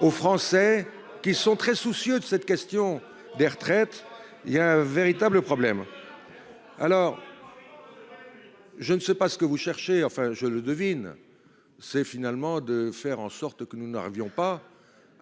Aux Français qui sont très soucieux de cette question des retraites. Il y a un véritable problème. Alors. Je ne sais pas ce que vous cherchez, enfin je le devine, c'est finalement de faire en sorte que nous n'arrivions pas